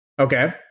Okay